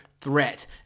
threat